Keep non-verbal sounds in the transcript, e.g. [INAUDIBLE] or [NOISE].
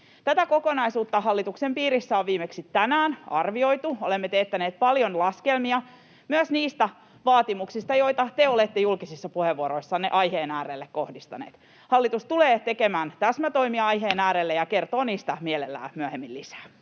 Tätä kokonaisuutta hallituksen piirissä on viimeksi tänään arvioitu, ja olemme teettäneet paljon laskelmia myös niistä vaatimuksista, joita te olette julkisissa puheenvuoroissanne aiheen äärelle kohdistaneet. Hallitus tulee tekemään täsmätoimia aiheen äärelle [NOISE] ja kertoo niistä mielellään myöhemmin lisää.